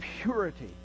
purity